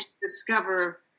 discover